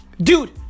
Dude